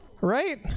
Right